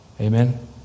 Amen